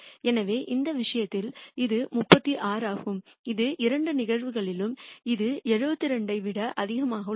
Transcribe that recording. எனவே இந்த விஷயத்தில் இது 36 ஆகும் இது இரண்டு நிகழ்வுகளிலும் இது 72 ஐ விட அதிகமாக உள்ளது